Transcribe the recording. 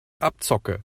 abzocke